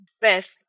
Beth